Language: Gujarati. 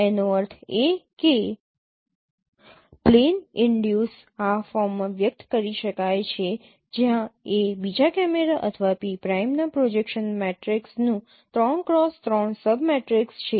એનો અર્થ એ કે પ્લેન ઈનડ્યુસ આ ફોર્મમાં વ્યક્ત કરી શકાય છે જ્યાં એ બીજા કેમેરા અથવા P પ્રાઈમના પ્રોજેક્શન મેટ્રિક્સનું 3 ક્રોસ 3 સબ મેટ્રિક્સ છે